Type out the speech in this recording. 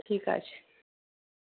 ঠিক আছে